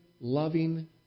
loving